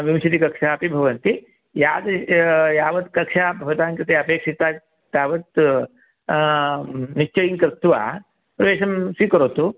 विंशतिः कक्षाः अपि भवन्ति यावत् कक्षा भवताङ्कृते अपेक्षिता तावत् निश्चयं कृत्वा प्रवेशं स्वीकरोतु